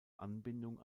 anbindung